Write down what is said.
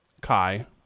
Kai